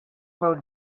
pel